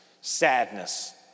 sadness